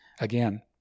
again